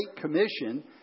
Commission